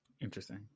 Interesting